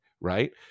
right